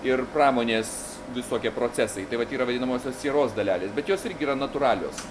ir pramonės visokie procesai tai vat yra vadinamosios sieros dalelės bet jos irgi yra natūralios